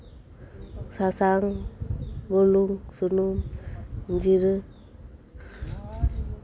ᱥᱟᱥᱟᱝ ᱵᱩᱞᱩᱝ ᱥᱩᱱᱩᱢ ᱡᱤᱨᱟᱹ